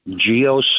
Geo